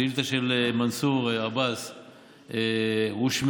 והשאילתה של מנסור עבאס הושמעה.